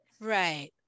Right